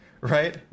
Right